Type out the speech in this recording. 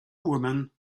woman